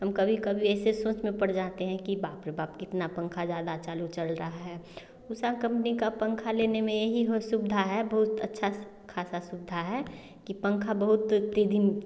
हम कभी कभी ऐसे सोच में पड़ जाते है कि बाप रे बाप कितना पंखा ज़्यादा चालू चल रहा है उषा कम्पनी का पंखा लेने में ही बहुत सुविधा है बहुत अच्छा सा ख़ासी सुविधा है कि पंखा बहुत ही धिम